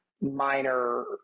minor